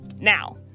now